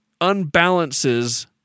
unbalances